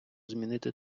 змінити